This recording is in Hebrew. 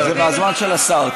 זה מהזמן של השר.